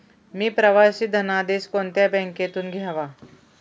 मी प्रवासी धनादेश कोणत्या बँकेतून घ्यावा?